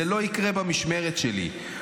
זה לא יקרה במשמרת שלי,